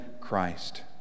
Christ